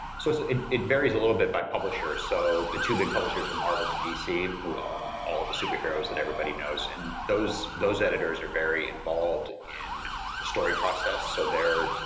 so so it it varies a little bit by publisher. so the two big publishers are marvel and dc who own all of the superheroes that everybody knows, and those those editors are very involved in the story process, so they're,